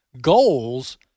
goals